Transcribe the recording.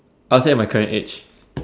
I'll set my current age